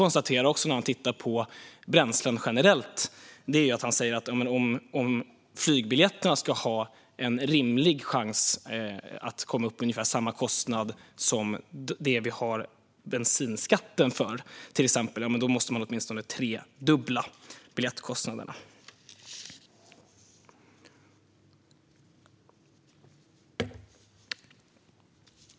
När det gäller bränslen generellt säger han: Om flygbiljetterna ska ha en rimlig chans att komma upp i ungefär samma kostnad som det vi har bensinskatten för, till exempel, måste man åtminstone tredubbla biljettkostnaderna.